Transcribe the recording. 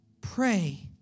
Pray